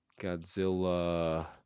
Godzilla